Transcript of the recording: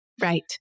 Right